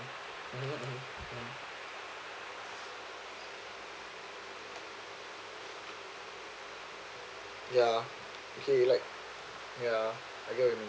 ya okay like ya I get what you mean